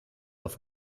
auf